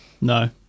no